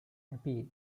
appeal